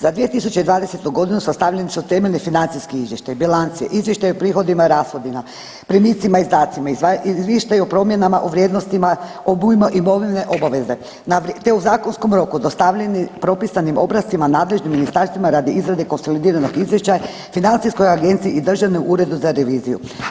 Za 2020.g. sastavljeni su temeljni financijski izvještaji, bilanci, izvještaji o prihodima i rashodima, primicima, izdacima, izvještaj o promjena o vrijednostima, obujmu imovine obaveze te u zakonskom roku dostavljeni propisanim obrascima nadležnim ministarstvima radi izrade konsolidiranog izvješća, Financijskoj agenciji i Državnom uredu za reviziju.